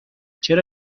چرا